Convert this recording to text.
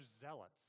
zealots